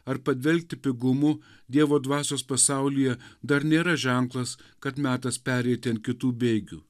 ar padvelkti pigumu dievo dvasios pasaulyje dar nėra ženklas kad metas pereiti ant kitų bėgių